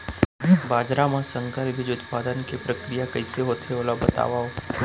बाजरा मा संकर बीज उत्पादन के प्रक्रिया कइसे होथे ओला बताव?